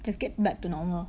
just get back to normal